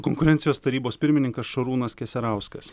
konkurencijos tarybos pirmininkas šarūnas keserauskas